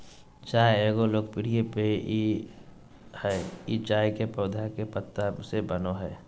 चाय एगो लोकप्रिय पेय हइ ई चाय के पौधा के पत्ता से बनो हइ